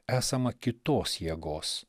esama kitos jėgos